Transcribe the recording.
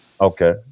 Okay